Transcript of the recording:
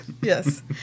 Yes